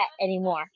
anymore